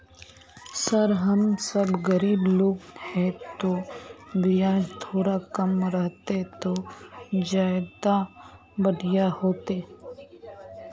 sir हम सब गरीब लोग है तो बियाज थोड़ा कम रहते तो ज्यदा बढ़िया होते